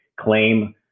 claim